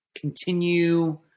continue